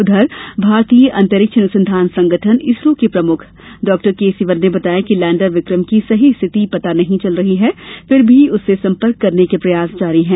उधर भारतीय अंतरिक्ष अनुसंधान संगठन इसरो के प्रमुख डॉ के सिवन ने बताया कि लैंडर विकम की सही स्थित पता नहीं चल रही है फिर भी उससे संपर्क करने के प्रयास जारी हैं